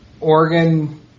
Oregon